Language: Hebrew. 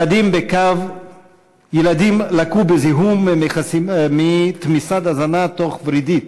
ילדים לקו בזיהום מתמיסת הזנה תוך-ורידית,